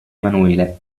emanuele